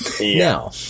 Now